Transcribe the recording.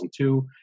2002